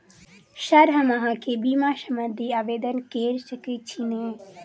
Sir हम अहाँ केँ बीमा संबधी आवेदन कैर सकै छी नै?